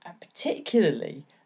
particularly